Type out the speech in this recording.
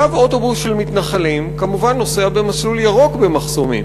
קו האוטובוס של המתנחלים כמובן נוסע במסלול ירוק במחסומים.